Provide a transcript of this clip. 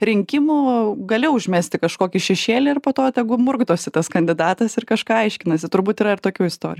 rinkimų gali užmesti kažkokį šešėlį ir po to tegu murkdosi tas kandidatas ir kažką aiškinasi turbūt yra ir tokių istorijų